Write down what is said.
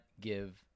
give